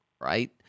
right